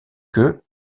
que